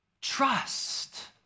trust